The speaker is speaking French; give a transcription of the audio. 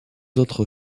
autres